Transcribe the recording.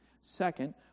Second